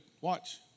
watch